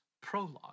prologue